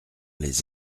les